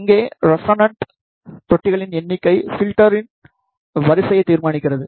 இங்கே ரெசோணாடேட் தொட்டிகளின் எண்ணிக்கை பில்டரின் வரிசையை தீர்மானிக்கிறது